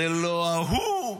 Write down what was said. זה לא ההוא,